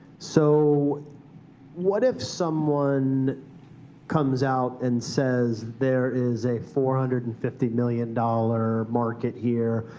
so what if someone comes out and says, there is a four hundred and fifty million dollars market here,